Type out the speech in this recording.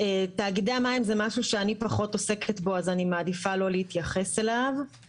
תאגידי המים זה משהו שאני פחות עוסקת בו אז אני מעדיפה לא להתייחס אליו,